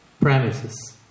premises